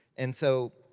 and so,